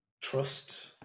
Trust